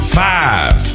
five